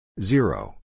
Zero